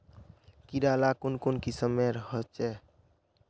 कीड़ा ला कुन कुन किस्मेर होचए?